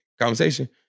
conversation